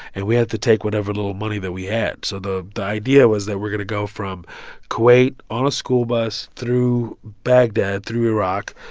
and we had to take whatever little money that we had. so the the idea was that we're going to go from kuwait on a school bus through baghdad, through iraq,